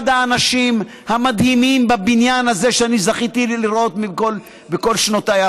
אחד האנשים המדהימים בבניין הזה שזכיתי לראות בכל שנותיי.